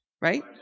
right